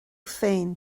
féin